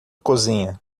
cozinha